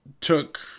took